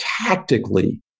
tactically